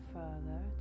further